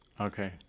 Okay